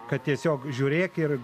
kad tiesiog žiūrėk ir